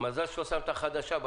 אני